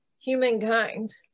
humankind